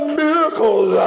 miracles